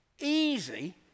Easy